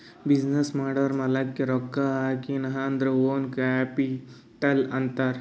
business ಮಾಡೂರ್ ಮಾಲಾಕ್ಕೆ ರೊಕ್ಕಾ ಹಾಕಿನ್ ಅಂದುರ್ ಓನ್ ಕ್ಯಾಪಿಟಲ್ ಅಂತಾರ್